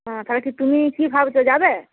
হ্যাঁ তাহলে কি তুমি কি ভাবছ যাবে